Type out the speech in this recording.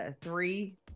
three